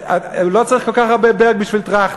לא צריך כל כך הרבה "ברג" בשביל "טרכטן".